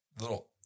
little